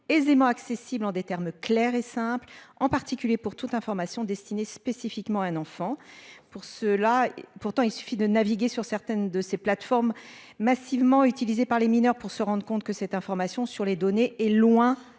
aisément accessibles en des termes clairs et simples en particulier pour toute information destinées spécifiquement un enfant pour ceux-là pourtant il suffit de naviguer sur certaines de ces plateformes massivement utilisé par les mineurs, pour se rendent compte que cette information sur les données est loin